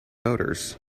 motors